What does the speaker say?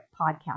podcast